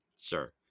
sure